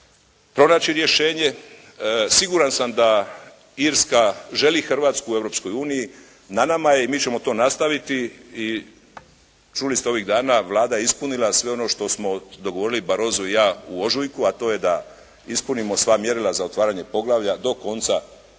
pronaći rješenje, siguran sam da Irska želi Hrvatsku u Europskoj uniji, na nama je i mi ćemo to nastaviti i čuli ste ovih dana Vlada je ispunila sve ono što smo dogovorili Baroso i ja u ožujku a to je da ispunimo sva mjerila za otvaranje poglavlja do konca